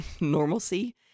normalcy